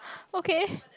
okay